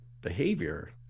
behavior